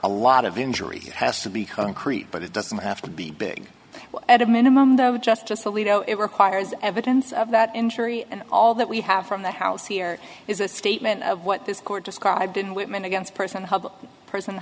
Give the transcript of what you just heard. a lot of injury has to be concrete but it doesn't have to be big at a minimum though justice alito it requires evidence of that injury and all that we have from the house here is a statement of what this court described in whitman against person the person